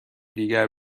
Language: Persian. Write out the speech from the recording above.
دیگر